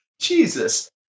Jesus